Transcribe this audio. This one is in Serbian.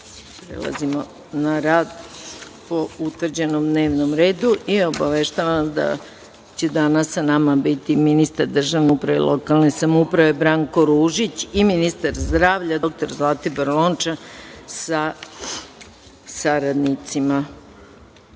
komisijePrelazimo na rad po utvrđenom dnevnom redu. Obaveštavam vas da će danas sa nama biti: ministar državne uprave i lokalne samouprave Branko Ružić i ministar zdravlja doktor Zlatibor Lončar, sa saradnicima. Molim